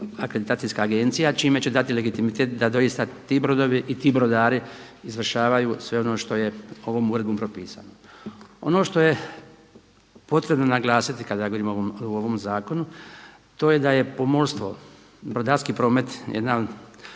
akreditacijska agencija čime će dati legitimitet da doista ti brodovi i ti brodari izvršavaju sve ono što je ovom uredbom propisano. Ono što je potrebno naglasiti kada govorimo o ovom zakonu to je da je pomorstvo, brodarski promet jedna